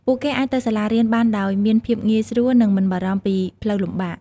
ពួកគេអាចទៅសាលារៀនបានដោយមានភាពងាយស្រួលនិងមិនបារម្ភពីផ្លូវលំបាក។